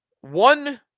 One